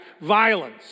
violence